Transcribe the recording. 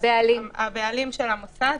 הבעלים של מוסד החינוך,